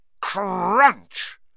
Crunch